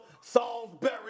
Salisbury